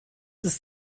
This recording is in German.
ist